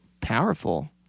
powerful